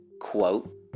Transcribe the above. quote